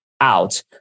out